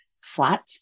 flat